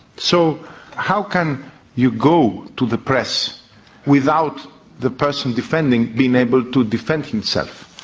so how can you go to the press without the person defending being able to defend himself?